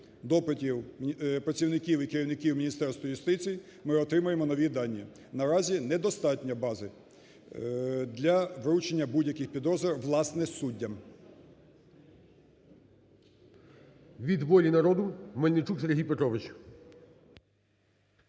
допитів працівників і керівників Міністерства юстиції ми отримаємо нові дані. Наразі не достатньо бази для вручення будь-яких підозр власне суддям.